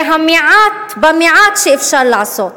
זה המעט במעט שאפשר לעשות".